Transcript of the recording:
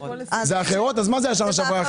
אז מה זה היה "אחרות" בשנה שעברה?